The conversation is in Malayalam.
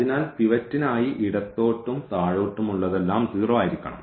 അതിനാൽ പിവറ്റിനായി ഇടത്തോട്ടും താഴോട്ടും ഉള്ളതെല്ലാം 0 ആയിരിക്കണം